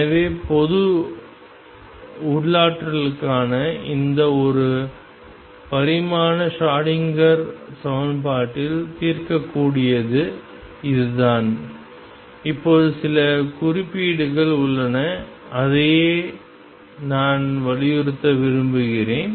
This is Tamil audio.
எனவே பொது உள்ளாற்றலுக்கான இந்த ஒரு பரிமாண ஷ்ரோடிங்கர் சமன்பாட்டில் தீர்க்கக்கூடியது இதுதான் இப்போது சில குறிப்பீடுகள் உள்ளன அதையே நான் வலியுறுத்த விரும்புகிறேன்